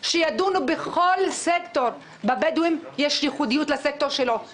-- יש סמכויות מסוימות -- טוב,